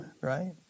right